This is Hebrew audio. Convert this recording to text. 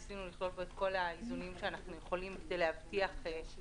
ניסינו לכלול בו את כל האיזונים שאנחנו יכולים כדי להבטיח את